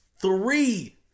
Three